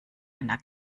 einer